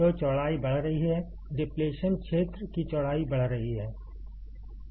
तो चौड़ाई बढ़ रही है डिप्लेशन क्षेत्र की चौड़ाई बढ़ रही है